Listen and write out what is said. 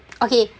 okay